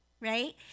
right